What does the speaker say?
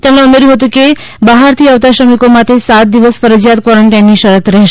તેમણે ઉમેર્થું હતું કે બહારથી આવતા શ્રમિકો માટે સાત દિવસ ફરજિયાત ક્વોરન્ટાઈન ની શરત રહેશે